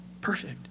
perfect